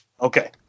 Okay